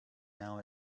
now